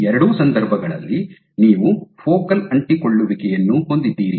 ಈ ಎರಡೂ ಸಂದರ್ಭಗಳಲ್ಲಿ ನೀವು ಫೋಕಲ್ ಅಂಟಿಕೊಳ್ಳುವಿಕೆಯನ್ನು ಹೊಂದಿದ್ದೀರಿ